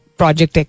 project